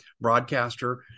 broadcaster